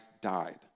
died